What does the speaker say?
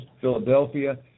Philadelphia